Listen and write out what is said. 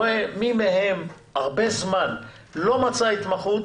רואה מי מהם הרבה זמן לא מצא התמחות,